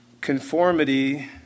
conformity